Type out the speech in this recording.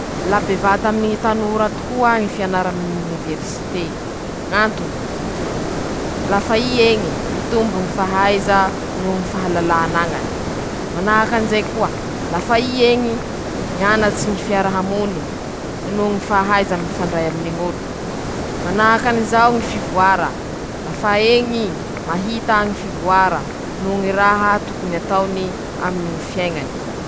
Ñy fomba soa mare, tokony hataon-tsikahialian-tsika aminy ñy fampitahora ajà an-dakilasy a ñy, manahaky anizao: -ñy fampianara an-drozyñy fihetsiky nohoñy soatoavy soa,a ñatiny zao aoñy fifa ñajà, ñy fifankatiava, ñy fifañampea noho ñy fifandefera ;manahaky anizay koa, ñy fahampafatara an-droze noho ñy fañentaña an-drozy hifañaja noho hifampiaro añatiny lakilasy io ao.